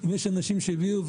יש הרבה אנשים שהגיעו,